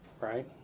right